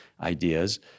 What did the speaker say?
ideas